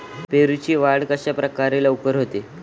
पेरूची वाढ कशाप्रकारे लवकर होते?